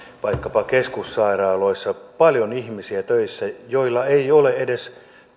vaikkapa keskussairaaloissa töissä paljon ihmisiä joilla ei ole edes